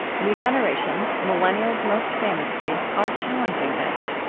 new generations millennials, most famously are challenging this.